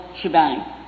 shebang